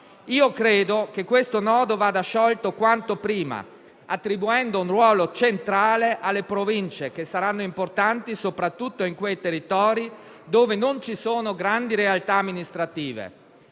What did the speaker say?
Credo che questo nodo vada sciolto quanto prima, attribuendo un ruolo centrale alle Province, che saranno importanti soprattutto nei territori in cui non ci sono grandi realtà amministrative.